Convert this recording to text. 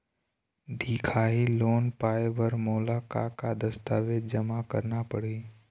दिखाही लोन पाए बर मोला का का दस्तावेज जमा करना पड़ही?